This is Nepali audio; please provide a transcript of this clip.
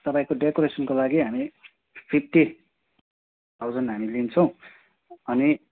तपाईँको डेकोरेसनको लागि हामी फिफ्टी थाउजन्ड हामी लिन्छौँ अनि